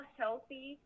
healthy